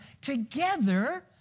together